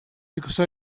because